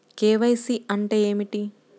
KYC అంటే ఏమిటి?